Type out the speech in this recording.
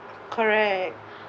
correct